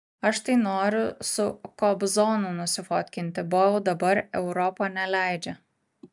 aš tai noriu su kobzonu nusifotkinti bo jau dabar europa neleidžia